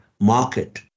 market